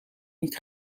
niet